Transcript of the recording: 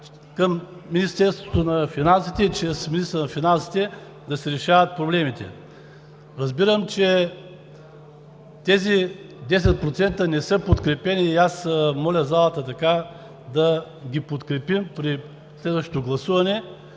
към Министерството на финансите, и чрез министъра на финансите да си решават проблемите. Разбирам, че тези 10% не са подкрепени и аз моля залата да ги подкрепим при следващото гласуване,